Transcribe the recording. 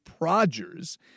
Progers